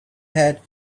had